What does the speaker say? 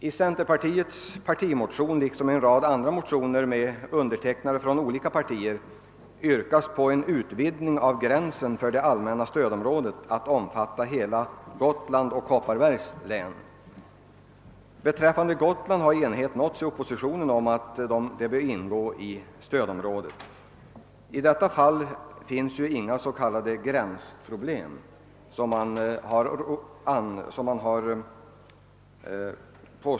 I centerpartiets partimotion liksom i en rad andra motioner som undertecknats av ledamöter från olika partier yrkas på en utvidgning av gränsen för det allmänna stödområdet så att detta omfattar hela Gotlands och Kopparbergs län. Beträffande Gotland har enighet nåtts i oppositionen om att länet bör ingå i stödområdet. I detta fall förekommer ju inga s.k. gränsproblem.